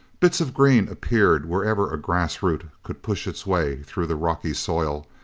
bits of green appeared wherever a grass root could push its way through the rocky soil,